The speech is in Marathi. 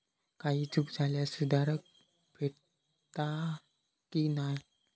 काही चूक झाल्यास सुधारक भेटता की नाय?